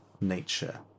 nature